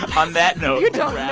on that note. you don't yeah